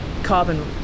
carbon